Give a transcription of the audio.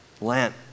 Lent